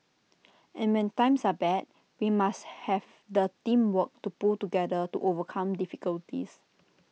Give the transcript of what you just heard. and when times are bad we must have the teamwork to pull together to overcome difficulties